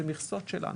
זה מכסות שלנו.